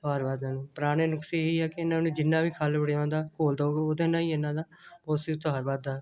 ਆਹਾਰ ਵਾਧਾ ਨ ਪੁਰਾਣੇ ਨੁਸਖੇ ਇਹ ਹੀ ਆ ਜਿੰਨਾਂ ਵੀ ਖਲ੍ਹ ਵੜੇਵੇਂ ਦਾ ਘੋਲ ਦਓ ਉਹਦੇ ਨਾਲ ਹੀ ਇਹਨਾਂ ਦਾ ਪੋਸ਼ਟਿਕ ਤੁਹਾਰ ਵੱਧਦਾ